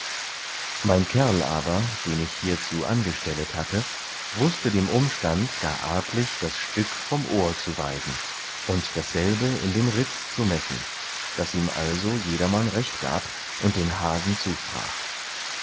mein kerl aber den ich hierzu angestellet hatte wußte dem umstand gar artlich das stück vom ohr zu weisen und dasselbe in dem ritz zu messen daß ihm also jedermann recht gab und den hasen zusprach